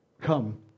come